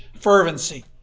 fervency